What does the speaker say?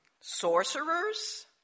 sorcerers